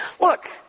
Look